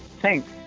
Thanks